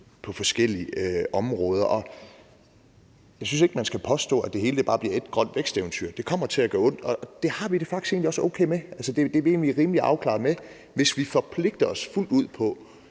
på forskellige områder. Jeg synes ikke, at man skal påstå, at det hele bare bliver et grønt væksteventyr. Det kommer til at gøre ondt. Det har vi det faktisk også okay med. Det er vi egentlig rimelig afklaret med, hvis vi forpligter os fuldt ud på,